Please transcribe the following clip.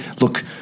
look